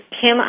Kim